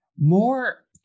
more